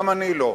גם אני לא,